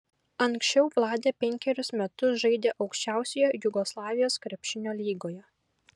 anksčiau vladė penkerius metus žaidė aukščiausioje jugoslavijos krepšinio lygoje